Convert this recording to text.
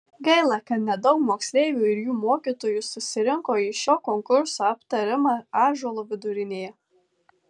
gaila kad nedaug moksleivių ir jų mokytojų susirinko į šio konkurso aptarimą ąžuolo vidurinėje